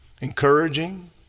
encouraging